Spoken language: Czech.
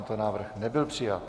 Tento návrh nebyl přijat.